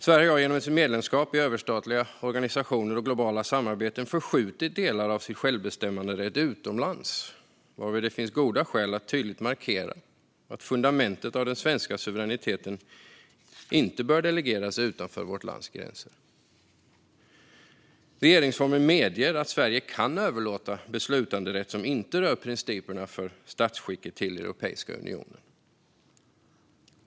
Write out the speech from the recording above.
Sverige har genom sitt medlemskap i överstatliga organisationer och globala samarbeten förskjutit delar av sin självbestämmanderätt utomlands, varför det finns goda skäl att tydligt markera att fundamentet i den svenska suveräniteten inte bör delegeras utanför vårt lands gränser. Regeringsformen medger att Sverige kan överlåta beslutanderätt som inte rör principerna för statsskicket till Europeiska unionen.